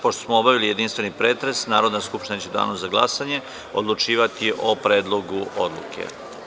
Pošto smo obavili jedinstveni pretres Narodna skupština će u danu za glasanje odlučivati o Predlogu odluke.